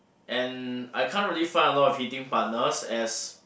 and I can't really find a lot of hitting partners as